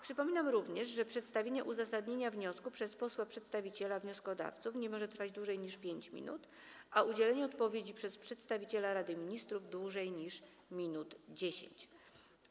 Przypominam również, że przedstawienie uzasadnienia wniosku przez posła przedstawiciela wnioskodawców nie może trwać dłużej niż 5 minut, a udzielenie odpowiedzi przez przedstawiciela Rady Ministrów - dłużej niż 10 minut.